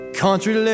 Country